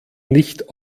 nicht